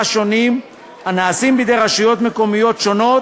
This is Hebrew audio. שונים הנעשים בידי רשויות מקומיות שונות,